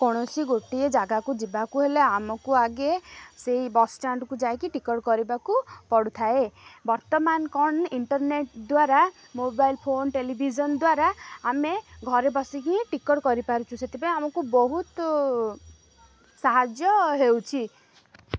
କୌଣସି ଗୋଟିଏ ଜାଗାକୁ ଯିବାକୁ ହେଲେ ଆମକୁ ଆଗେ ସେଇ ବସ୍ ଷ୍ଟାଣ୍ଡ୍କୁ ଯାଇକି ଟିକେଟ୍ କରିବାକୁ ପଡ଼ୁଥାଏ ବର୍ତ୍ତମାନ କ'ଣ ଇଣ୍ଟଟ୍ନେଟ୍ ଦ୍ୱାରା ମୋବାଇଲ୍ ଫୋନ୍ ଟେଲିଭିଜନ୍ ଦ୍ୱାରା ଆମେ ଘରେ ବସିକି ହିଁ ଟିକେଟ୍ କରିପାରୁଛୁ ସେଥିପାଇଁ ଆମକୁ ବହୁତ ସାହାଯ୍ୟ ହେଉଛି